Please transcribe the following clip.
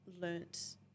learnt